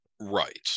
Right